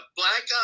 black